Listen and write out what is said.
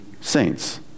saints